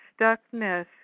stuckness